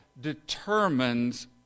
determines